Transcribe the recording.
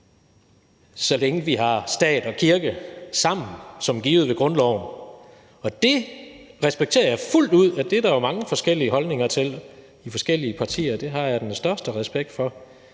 så længe vi har stat og kirke sammen som givet ved grundloven. Jeg respekterer fuldt ud, at der er mange forskellige holdninger til det i de forskellige partier – det har jeg den største respekt for.